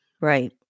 right